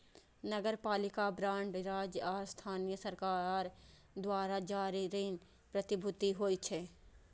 नगरपालिका बांड राज्य आ स्थानीय सरकार द्वारा जारी ऋण प्रतिभूति होइ छै